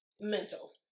mental